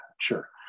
sure